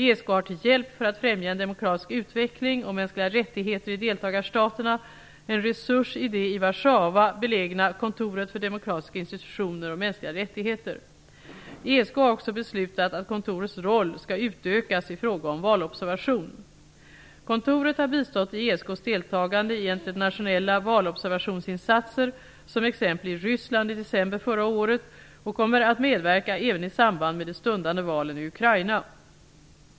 ESK har till hjälp för att främja en demokratisk utveckling och mänskliga rättigheter i deltagarstaterna en resurs i det i Warszawa belägna Kontoret för demokratiska institutioner och mänskliga rättigheter. ESK har också beslutat att kontorets roll skall utökas i fråga om valobservation. Kontoret har bistått ESK:s deltagande i internationella valobservationsinsatser, exempelvis i Ryssland i december förra året, och kommer att medverka även i samband med de stundande valen i Ukraina.